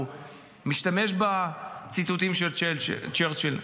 הוא משתמש בציטוטים של צ'רצ'יל.